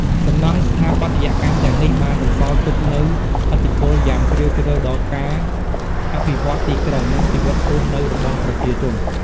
សំណង់ស្ថាបត្យកម្មទាំងនេះបានបន្សល់ទុកនូវឥទ្ធិពលយ៉ាងជ្រាលជ្រៅដល់ការអភិវឌ្ឍន៍ទីក្រុង និងជីវិតរស់នៅរបស់ប្រជាជន។